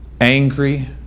angry